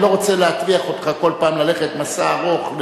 אני לא רוצה להטריח אותך כל פעם ללכת מסע ארוך,